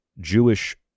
Jewish